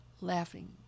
laughing